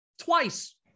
twice